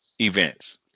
events